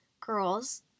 girls